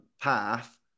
path